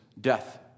death